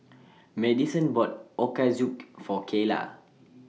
Madison bought Ochazuke For Kayla